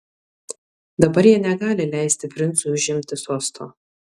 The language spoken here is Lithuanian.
dabar jie negali leisti princui užimti sosto